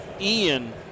Ian